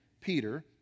Peter